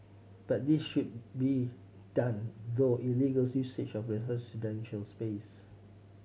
but this should be done though illegal usage of residential space